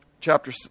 chapter